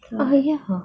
oh ya uh